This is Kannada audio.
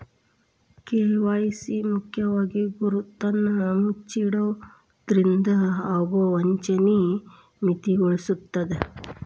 ಕೆ.ವಾಯ್.ಸಿ ಮುಖ್ಯವಾಗಿ ಗುರುತನ್ನ ಮುಚ್ಚಿಡೊದ್ರಿಂದ ಆಗೊ ವಂಚನಿ ಮಿತಿಗೊಳಿಸ್ತದ